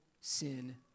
sin